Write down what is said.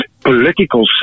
political